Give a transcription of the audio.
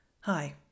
Hi